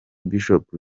bishop